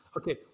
Okay